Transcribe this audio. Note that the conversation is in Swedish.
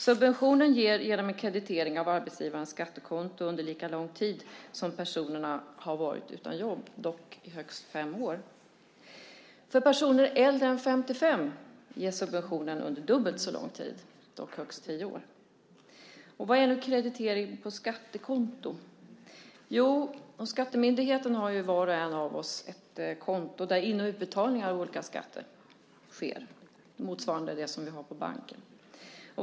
Subventionen ges genom en kreditering av arbetsgivarens skattekonto under lika lång tid som personerna har varit utan jobb, dock högst fem år. För personer äldre än 55 år ges subventionen under dubbelt så lång tid, dock högst tio år. Vad är då kreditering på skattekonto? Jo, hos Skattemyndigheten har ju var och en av oss ett konto där in och utbetalningar av olika skatter sker, motsvarande det vi har på banken.